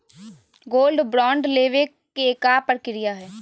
Gold bond लेवे के का प्रक्रिया हई?